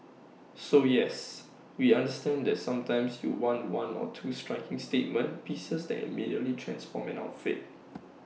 so yes we understand the sometimes you want one or two striking statement pieces that immediately transform in outfit